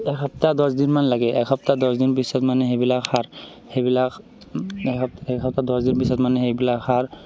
এসপ্তাহ দহদিন মান লাগে এসপ্তাহ দহদিন পিছত মানে সেইবিলাক সাৰ সেইবিলাক এসপ্তাহ দহদিন পিছত মানে সেইবিলাক সাৰ